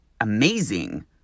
amazing